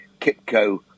Kipco